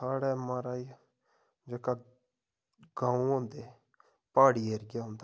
साढ़ै महाराज जेह्का गाओं होंदे प्हाड़ी ऐरिये होंदा